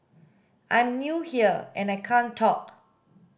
I'm new here and I can't talk